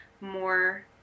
more